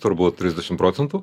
turbūt trisdešim procentų